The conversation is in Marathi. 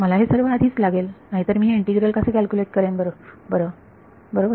मला हे सर्व आधीच लागेल नाहीतर मी हे इंटिग्रल कसे कॅल्क्युलेट करेन बरोबर